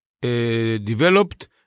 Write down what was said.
developed